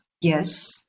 yes